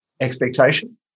expectation